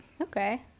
Okay